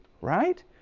right